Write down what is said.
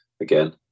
again